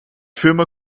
firma